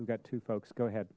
we've got two folks go ahead